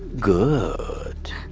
good.